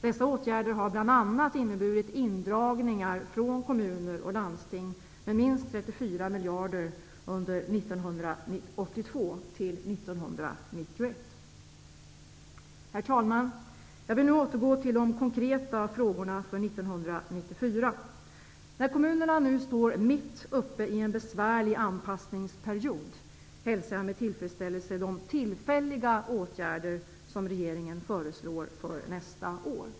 Dessa åtgärder har bl.a. inneburit indragningar från kommuner och landsting med minst 34 Herr talman! Jag vill nu återgå till de konkreta frågorna för 1994. När kommunerna nu står mitt uppe i en besvärlig anpassningsperiod hälsar jag med tillfredsställelse de tillfälliga åtgärder som regeringen föreslår för nästa år.